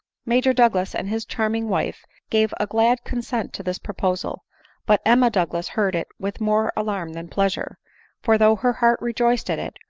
major douglas and his charming wife gave a glad consent to this proposal but emma douglas heard. it with more alarm than pleasure for, though her heart rejoiced at it,